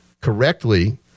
correctly